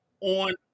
on